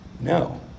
no